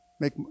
Make